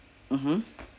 mmhmm